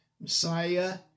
Messiah